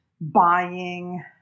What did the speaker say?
buying